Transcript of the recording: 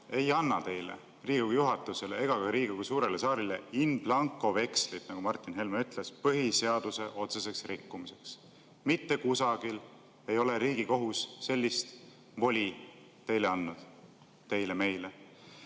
ei anna teile, Riigikogu juhatusele ega ka Riigikogu suurele saalilein blancovekslit, nagu Martin Helme ütles, põhiseaduse otseseks rikkumiseks. Mitte kusagil ei ole Riigikohus sellist voli teile andnud, teile ega